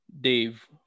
Dave